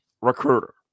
recruiter